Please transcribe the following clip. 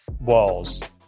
walls